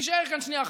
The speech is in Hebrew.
תישאר כאן שנייה אחת,